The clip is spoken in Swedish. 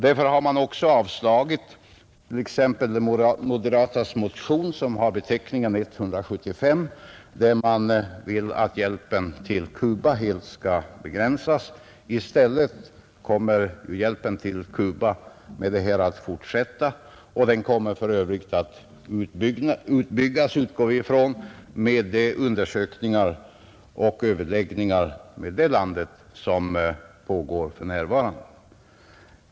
Därför har vi avstyrkt exempelvis moderaternas motion nr 175 om att hjälpen till Cuba skall begränsas. I stället föreslår vi att hjälpen till Cuba skall fortsätta. Vi utgår för övrigt från att den kommer att utbyggas i enlighet med de undersökningar och överläggningar med det landet som pågår för närvarande.